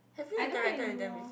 I don't really know